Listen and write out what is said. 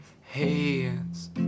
hands